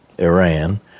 Iran